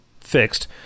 fixed